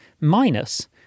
minus